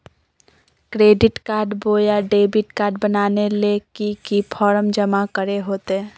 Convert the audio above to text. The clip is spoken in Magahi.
क्रेडिट कार्ड बोया डेबिट कॉर्ड बनाने ले की की फॉर्म जमा करे होते?